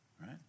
right